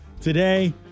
today